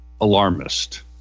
alarmist